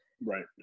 Right